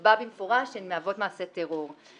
ייקבע במפורש שהן מהוות מעשי טרור.